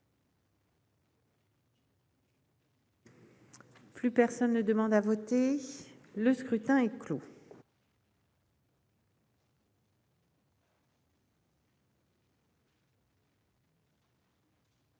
Plus personne ne demande à voter, le scrutin est clos.